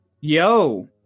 Yo